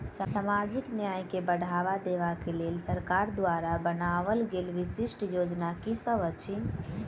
सामाजिक न्याय केँ बढ़ाबा देबा केँ लेल सरकार द्वारा बनावल गेल विशिष्ट योजना की सब अछि?